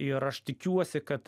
ir aš tikiuosi kad